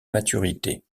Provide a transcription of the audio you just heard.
maturité